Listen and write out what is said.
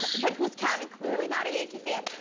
but who's counting, clearly not a yankee fan.